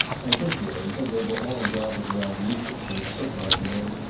i hid there until they were all gathered around lucas and had quit running in,